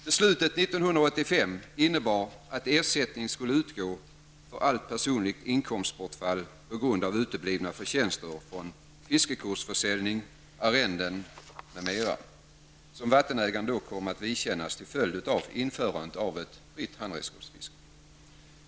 Beslutet 1985 innebar att ersättning skulle utgå för allt personligt inkomstbortfall på grund av uteblivna förtjänster från fiskekortsförsäljning, arrenden m.m. som vattenägarna kom att vidkännas till följd av införandet av fritt handredskapsfiske.